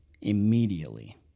immediately